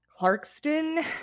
Clarkston